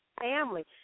family